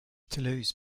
toulouse